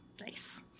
Nice